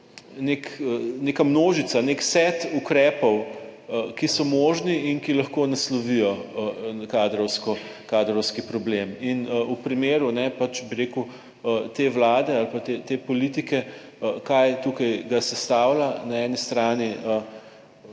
neka množica, nek set ukrepov, ki so možni in ki lahko naslovijo kadrovski problem. V primeru pač, bi rekel te vlade ali pa te politike kaj tukaj ga sestavlja na eni strani